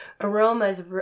Aromas